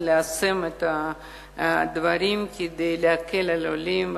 ליישם את הדברים כדי להקל על העולים.